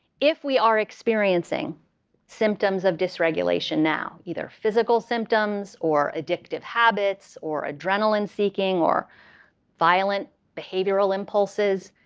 if we are experiencing symptoms of dysregulation now, either physical symptoms, or addictive, habits or adrenaline seeking, or violent behavioral impulses,